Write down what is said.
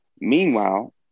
meanwhile